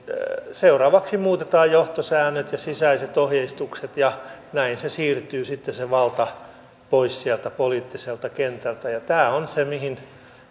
seuraavaksi muutetaan johtosäännöt ja sisäiset ohjeistukset ja näin se valta siirtyy sitten pois sieltä poliittiselta kentältä tämä on se mihin